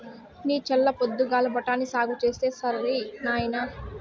నీ చల్ల పొద్దుగాల బఠాని సాగు చేస్తే సరి నాయినా